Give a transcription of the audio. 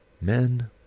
men